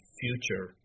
future